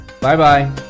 Bye-bye